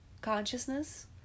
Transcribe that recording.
consciousness